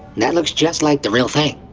that looks just like the real thing!